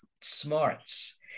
smarts